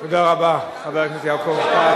מה קורה, תודה רבה, חבר הכנסת יעקב כץ.